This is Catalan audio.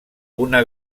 una